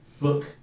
Book